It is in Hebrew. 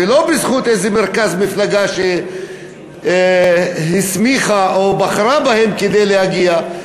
ולא בזכות איזה מרכז מפלגה שהסמיך או בחר בהם כדי להגיע,